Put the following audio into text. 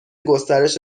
گسترش